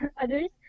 others